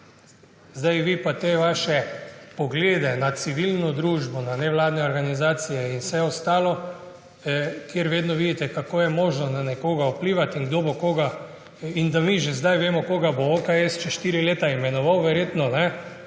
od politike. Vaši pogledi na civilno družbo, na nevladne organizacije in vse ostalo, kjer vedno vidite, kako je možno na nekoga vplivati in kdo bo koga in da mi že zdaj vemo, koga bo OKS čez štiri leta verjetno